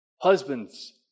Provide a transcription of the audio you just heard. Husbands